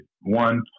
One